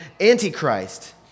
Antichrist